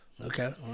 Okay